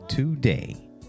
Today